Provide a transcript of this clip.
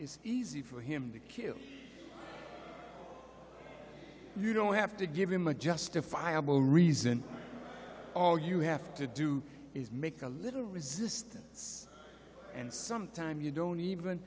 is easy for him to kill you don't have to give him a justifiable reason all you have to do is make a little resistance and sometime you don't even